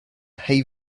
hey